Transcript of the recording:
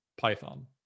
Python